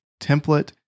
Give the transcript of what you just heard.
template